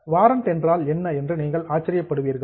warrant என்றால் என்ன என்று நீங்கள் ஆச்சரியப்படுவீர்கள்